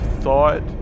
thought